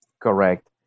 Correct